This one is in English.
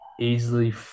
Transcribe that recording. easily